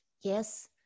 Yes